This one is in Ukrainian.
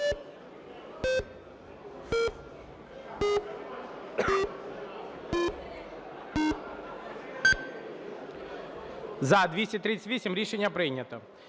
За-237 Рішення прийнято.